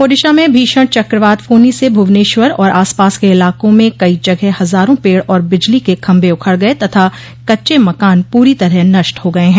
ओडिशा में भीषण चक्रवात फोनी से भुवनेश्वर और आसपास के इलाकों में कई जगह हजारों पेड़ और बिजली के खम्भे उखड़ गये तथा कच्चे मकान पूरी तरह नष्ट हो गये हैं